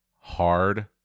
hard